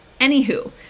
anywho